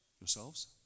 Yourselves